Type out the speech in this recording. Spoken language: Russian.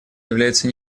является